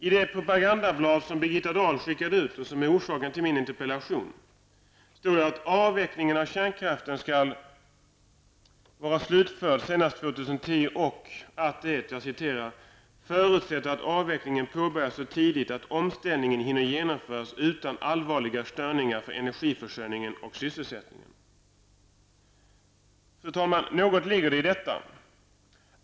I det propagandablad som Birgitta Dahl har skickat ut, och som är orsaken till min interpellation, står det att avvecklingen av kärnkraften skall vara slutförd senast 2010 och att det förutsätter att avvecklingen påbörjas så tidigt att omställningen hinner genomföras utan allvarliga störningar för energiförsörjningen och sysselsättningen. Fru talman! Det ligger något i detta.